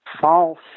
false